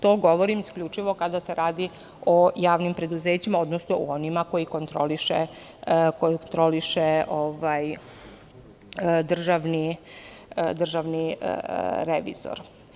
To govorim isključivo kada se radi o javnim preduzećima, odnosno o onima koje kontroliše državni revizor.